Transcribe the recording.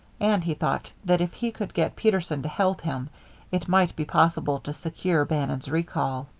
and he thought that if he could get peterson to help him it might be possible to secure bannon's recall.